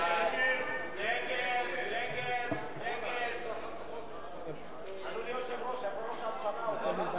של קבוצת סיעת רע"ם-תע"ל לסעיף 3 לא נתקבלה.